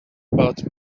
but